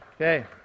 Okay